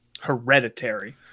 Hereditary